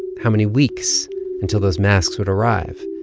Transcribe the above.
how many weeks until those masks would arrive?